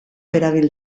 erabil